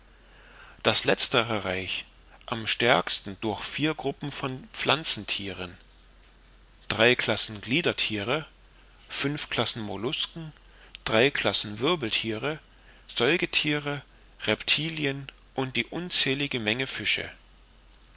das letztere reich am stärksten durch vier gruppen von pflanzenthieren drei klassen gliederthiere fünf klassen mollusken drei klassen wirbelthiere säugethiere reptilien und die unzählige menge fische